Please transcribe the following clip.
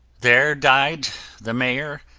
there died the mayor,